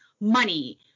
money